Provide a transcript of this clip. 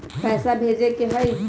पैसा भेजे के हाइ?